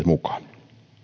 mukaan